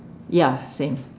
ya same